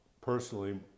personally